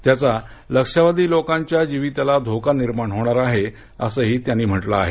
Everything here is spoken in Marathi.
त्याचा लक्षावधी लोकांच्या जीविताला धोका निर्माण होणार आहे असंही त्यांनी म्हटलं आहे